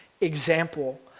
example